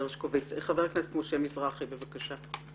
חבר הכנסת משה מזרחי, בבקשה.